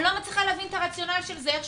אני לא מצליחה להבין את הרציונל של הדברים.